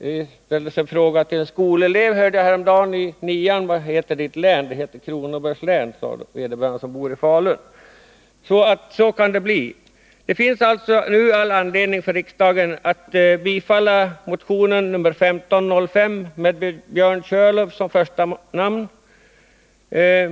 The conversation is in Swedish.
Det ställdes en fråga om länsnamnet till en skolelev i nian, hörde jag häromdagen. Det heter Kronobergs län, svarade vederbörande, som bor i Falun. Det finns alltså nu all anledning för riksdagen att bifalla motionen 1505 med Björn Körlof som första namn.